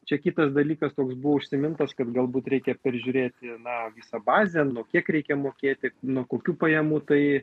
čia kitas dalykas toks buvo užsimintas kad galbūt reikia peržiūrėti na visą bazę nuo kiek reikia mokėti nuo kokių pajamų tai